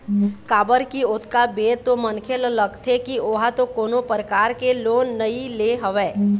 काबर की ओतका बेर तो मनखे ल लगथे की ओहा तो कोनो परकार ले लोन नइ ले हवय